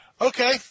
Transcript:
Okay